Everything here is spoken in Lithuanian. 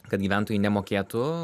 kad gyventojai nemokėtų